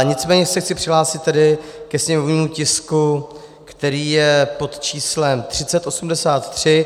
Nicméně se chci přihlásit tedy ke sněmovnímu tisku , který je pod číslem 3083.